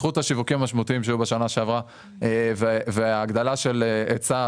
בזכות השיווקים המשמעותיים שהיו בשנה שעברה והגדלה של היצע,